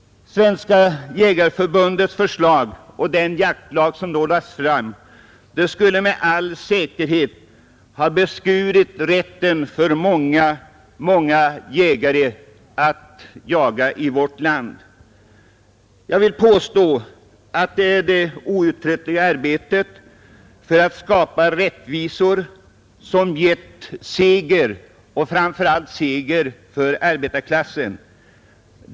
Svenska jägareförbundets förslag till jaktlag som lades fram 1938 skulle med all säkerhet ha beskurit rätten för många, många jägare i vårt land att jaga. Jag vill påstå att det är det outtröttliga arbetet för att skapa rättvisa som har medfört en seger, framför allt för arbetarklassen.